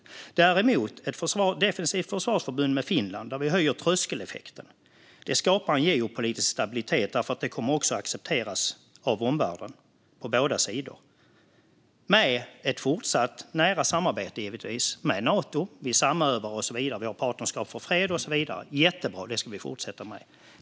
Det är däremot ett defensivt försvarsförbund med Finland där vi höjer tröskeleffekten. Det skapar en geopolitisk stabilitet eftersom det också kommer att accepteras av omvärlden på båda sidor. Det ska ske med ett fortsatt nära samarbete med Nato, givetvis. Vi samövar och så vidare. Vi har Partnerskap för fred och så vidare. Det är jättebra, och det ska vi fortsätta med.